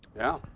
yeah.